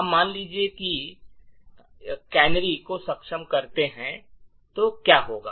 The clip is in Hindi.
अब मान लीजिए कि हम कैनरी को सक्षम करते हैं कि क्या होगा